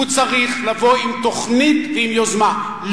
הוא צריך לבוא עם תוכנית ועם יוזמה,